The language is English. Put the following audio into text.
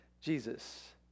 Jesus